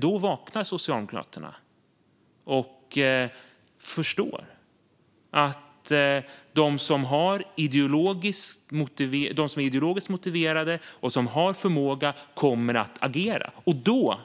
Då vaknar Socialdemokraterna och förstår att de som är ideologiskt motiverade och som har förmåga kommer att agera. Då